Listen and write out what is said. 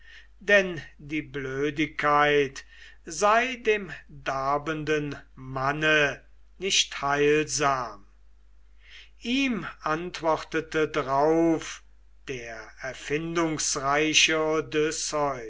denn die blödigkeit sei dem darbenden manne nicht heilsam ihm antwortete drauf der erfindungsreiche